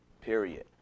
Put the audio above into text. Period